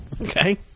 Okay